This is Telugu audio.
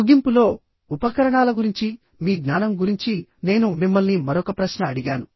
ముగింపులో ఉపకరణాల గురించి మీ జ్ఞానం గురించి నేను మిమ్మల్ని మరొక ప్రశ్న అడిగాను